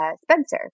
Spencer